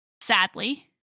sadly